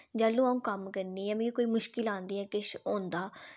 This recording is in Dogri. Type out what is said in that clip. जैह्लूं अ'ऊं कम्म करनीं मिगी कोई मुश्कल औंदी ऐ किश होंदा